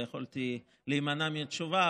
ויכולתי להימנע מתשובה,